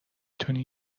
تونی